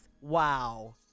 Wow